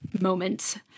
moments